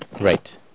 Right